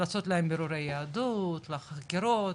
לעשות להם בירורי יהדות, חקירות,